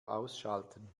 ausschalten